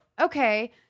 Okay